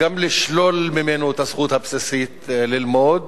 גם לשלול ממנו את הזכות הבסיסית ללמוד